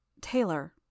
Taylor